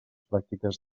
pràctiques